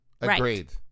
Agreed